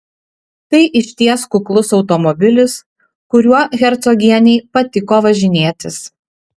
tai išties kuklus automobilis kuriuo hercogienei patiko važinėtis